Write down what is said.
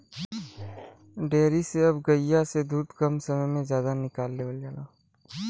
dairy से अब गइया से दूध कम समय में जादा निकाल लेवल जाला